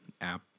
app